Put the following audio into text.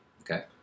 okay